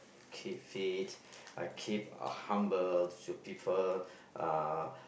keep fit I keep uh humble to people uh